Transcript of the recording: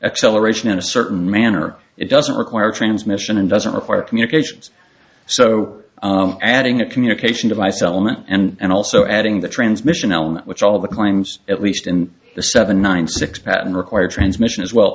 acceleration in a certain manner it doesn't require transmission and doesn't require communications so adding a communication device element and also adding the transmission element which all the claims at least in the seven nine six pattern required transmission as well